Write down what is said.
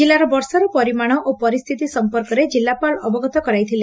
ଜିଲ୍ଲାର ବର୍ଷାର ପରିମାଣ ଓ ପରିସ୍ଥିତି ସମ୍ପର୍କରେ ଜିଲ୍ଲାପାଳ ଅବଗତ କରାଇଥିଲେ